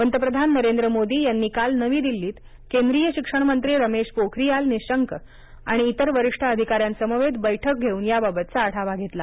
पंतप्रधान नरेंद्र मोदी यांनी काल नवी दिल्लीत केंद्रीय शिक्षणमंत्री रमेश पोखरीयाल निशंक आणि इतर वरिष्ठ अधिकाऱ्यांसमवेत बैठक घेवून याबाबतचा आढावा घेतला